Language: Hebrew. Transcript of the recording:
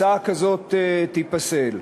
הצעה כזאת תיפסל.